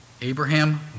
Abraham